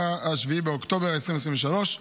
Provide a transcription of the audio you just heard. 7 באוקטובר 2023,